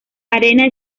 arena